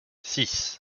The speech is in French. six